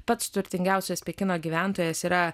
pats turtingiausias pekino gyventojas yra